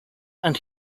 and